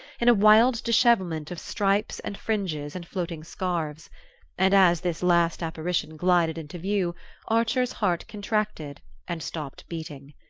in a wild dishevelment of stripes and fringes and floating scarves and as this last apparition glided into view archer's heart contracted and stopped beating.